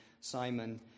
Simon